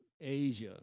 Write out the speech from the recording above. Asia